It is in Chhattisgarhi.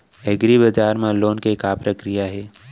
एग्रीबजार मा लोन के का प्रक्रिया हे?